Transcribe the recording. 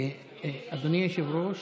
אדוני היושב-ראש,